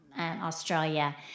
Australia